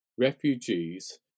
refugees